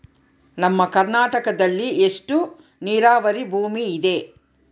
ನಮ್ಮ ಕರ್ನಾಟಕದಲ್ಲಿ ಎಷ್ಟು ನೇರಾವರಿ ಭೂಮಿ ಇದೆ?